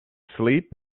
sleep